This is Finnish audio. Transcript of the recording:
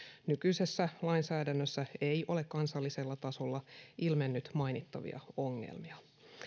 nykyisessä lainsäädännössä ei ole kansallisella tasolla ilmennyt mainittavia ongelmia